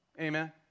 Amen